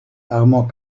armand